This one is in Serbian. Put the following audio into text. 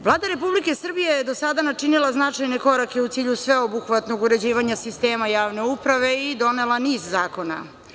Vlada Republike Srbije je do sada načinila značajne korake u cilju sveobuhvatnog javne uprave i donela niz zakona.